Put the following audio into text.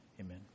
amen